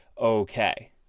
okay